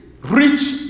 rich